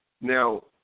Now